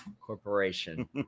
Corporation